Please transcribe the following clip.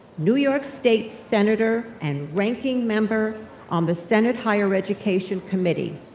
new york state senator, and ranking member on the senate higher education committee.